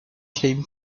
came